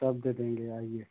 सब दे देंगे आइए